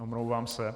Omlouvám se.